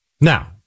Now